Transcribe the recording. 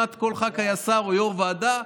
כמעט כל חבר כנסת היה שר או יושב-ראש ועדה.